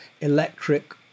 electric